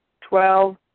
Twelve